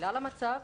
בגלל המצב,